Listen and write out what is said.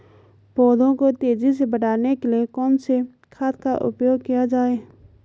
पौधों को तेजी से बढ़ाने के लिए कौन से खाद का उपयोग किया जाए?